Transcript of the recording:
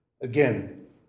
again